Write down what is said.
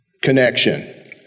connection